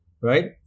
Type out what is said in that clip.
right